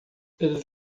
eles